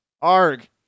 Arg